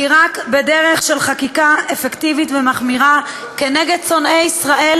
כי רק בדרך של חקיקה אפקטיבית ומחמירה נגד שונאי ישראל